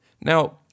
Now